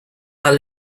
are